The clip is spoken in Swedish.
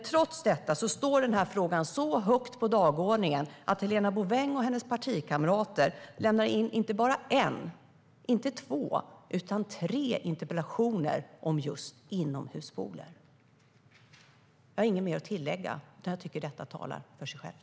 Trots det står denna fråga så högt på dagordningen att Helena Bouveng och hennes partikamrater ställer inte en, inte två utan tre interpellationer om just inomhuspooler. Jag har inget mer att tillägga. Jag tycker att detta talar för sig självt.